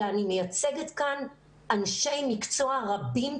אלא אני מייצגת כאן אנשי מקצוע רבים,